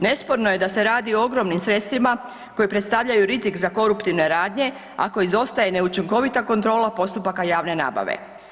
Nesporno je da se radi o ogromnim sredstvima koji predstavljaju rizik za koruptivne radnje ako izostaje neučinkovita kontrola postupaka javne nabave.